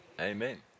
Amen